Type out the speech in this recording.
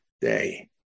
day